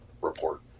report